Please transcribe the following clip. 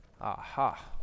Aha